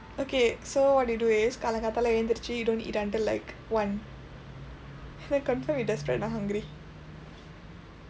okay so what do you do is காலை காத்தால எழுந்திரிச்சு:kaalai kaathaala ezhundthirichsu you don't eat until like one then confirm you desperate and hungry